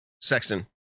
Sexton